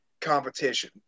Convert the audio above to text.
competition